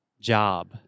Job